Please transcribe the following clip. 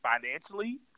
financially